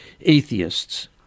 atheists